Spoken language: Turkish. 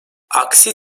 aksi